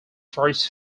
first